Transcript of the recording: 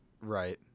Right